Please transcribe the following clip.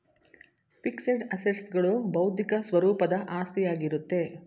fixed assets ಗಳು ಬೌದ್ಧಿಕ ಸ್ವರೂಪದ ಆಸ್ತಿಯಾಗಿರುತ್ತೆ